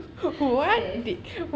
what